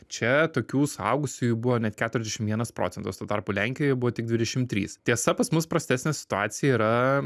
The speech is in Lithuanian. čia tokių suaugusiųjų buvo net keturiasdešim vienas procentas tuo tarpu lenkijoj buvo tik dvidešim trys tiesa pas mus prastesnė situacija yra